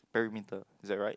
parameter is that right